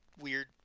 weird